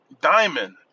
diamond